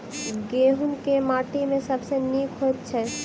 गहूम केँ माटि मे सबसँ नीक होइत छै?